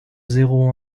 zéro